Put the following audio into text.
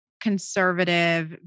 conservative